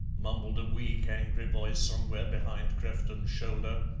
mumbled a weak, angry voice somewhere behind crefton's shoulder.